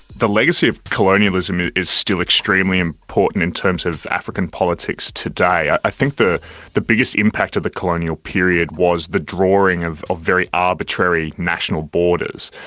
the legacy of colonialism is still extremely important in terms of african politics today. i think the the biggest impact of the colonial period was the drawing of ah very arbitrary national borders,